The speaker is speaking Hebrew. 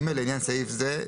לעניין סעיף זה,